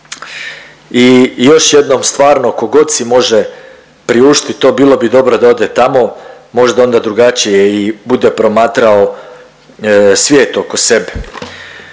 I još jednom stvarno kogod si može priuštit to bilo bi dobro da ode tamo možda onda drugačije i bude promatrao svijet oko sebe.